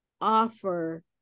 offer